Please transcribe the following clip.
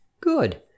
Good